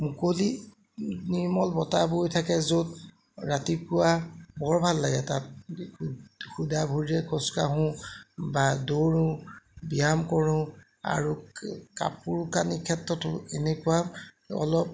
মুকলি নিৰ্মল বতাহ বৈ থাকে য'ত ৰাতিপুৱা বৰ ভাল লাগে তাত শুদা ভৰিৰে খোজ কাঢ়োঁ বা দৌৰোঁ ব্যায়াম কৰোঁ আৰু কাপোৰ কানি ক্ষেত্ৰতো এনেকুৱা অলপ